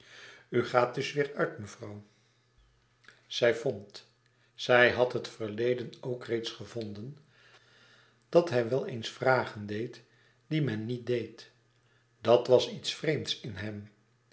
gaat dus weêr uit mevrouw zij vond zij had het verleden ook reeds gevonden dat hij wel eens vragen deed die men niet deed dat was iets vreemds in hem